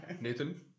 Nathan